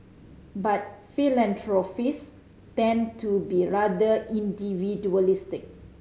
but philanthropist tend to be rather individualistic